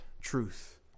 truth